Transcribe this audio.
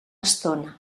estona